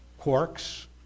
Quarks